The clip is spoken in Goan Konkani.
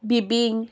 बिबींग